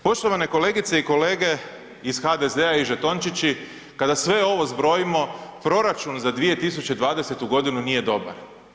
Poštovane kolegice i kolege iz HDZ-a i žetončići, kada sve ovo zbrojimo, proračun za 2020. g. nije dobar.